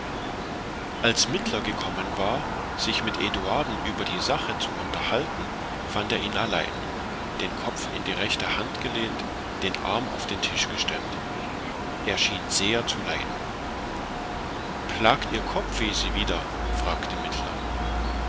als mittler gekommen war sich mit eduarden über die sache zu unterhalten fand er ihn allein den kopf in die rechte hand gelehnt den arm auf den tisch gestemmt er schien sehr zu leiden plagt ihr kopfweh sie wieder fragte